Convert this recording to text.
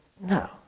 No